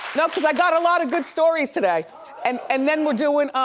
no, cause i got a lot of good stories today and and then we're doing